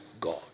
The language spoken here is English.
God